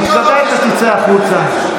תתכבד ותצא החוצה.